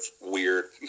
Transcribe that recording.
weird